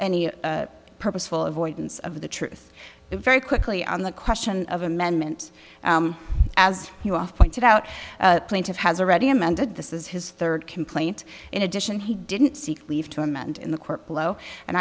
eny any purposeful avoidance of the truth very quickly on the question of amendment as you off pointed out plaintiff has already amended this is his third complaint in addition he didn't seek leave to amend in the court below and